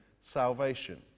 salvation